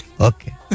Okay